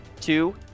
two